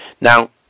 Now